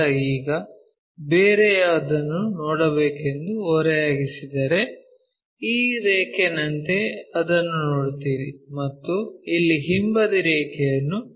ಈಗ ಬೇರೆಯದನ್ನು ನೋಡಬೇಕೆಂದು ಓರೆಯಾಗಿಸಿದರೆ ಈ ರೇಖೆನಂತೆ ಅದನ್ನು ನೋಡುತ್ತೀರಿ ಮತ್ತು ಇಲ್ಲಿ ಹಿಂಬದಿ ರೇಖೆಯನ್ನು ನೋಡುತ್ತೀರಿ